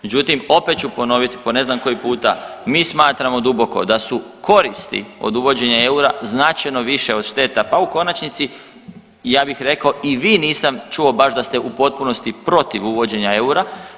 Međutim, opet ću ponoviti po ne znam koji puta, mi smatramo duboko da su koristi od uvođenja eura značajno više od šteta pa u konačnici ja bih rekao i vi nisam čuo baš da ste u potpunosti protiv uvođenja eura.